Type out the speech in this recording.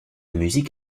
musique